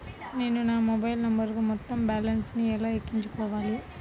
నేను నా మొబైల్ నంబరుకు మొత్తం బాలన్స్ ను ఎలా ఎక్కించుకోవాలి?